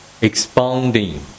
expounding